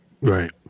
right